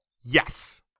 Yes